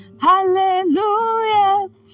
Hallelujah